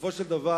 בסופו של דבר,